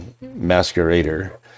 masquerader